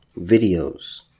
videos